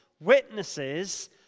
witnesses